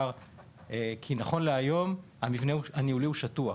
נכון להיום המבנה הניהולי הוא שטוח: